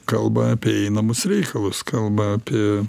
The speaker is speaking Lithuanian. kalba apie einamus reikalus kalba apie